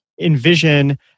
envision